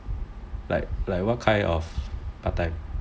like what kind of part time